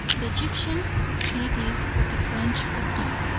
the egyptian could see this but the french could not,